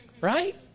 right